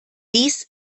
dies